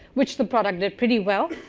which the product did pretty well.